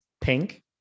Pink